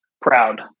proud